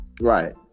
Right